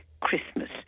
Christmas